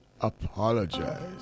apologize